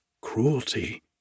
cruelty